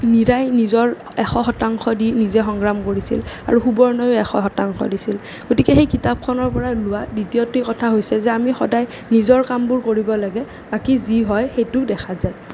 মীৰাই নিজৰ এশ শতাংশ দি নিজেই সংগ্ৰাম কৰিছিল আৰু সুবৰ্ণইও এশ শতাংশ দিছিল গতিকে সেই কিতাপখনৰ পৰা লোৱা দ্বিতীয়টো কথা হৈছে যে আমি সদায় নিজৰ কামবোৰ কৰিব লাগে বাকী যি হয় সেইটো দেখা যায়